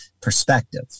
perspective